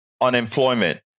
unemployment